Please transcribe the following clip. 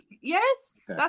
yes